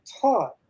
taught